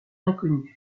inconnus